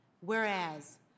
whereas